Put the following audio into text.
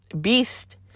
Beast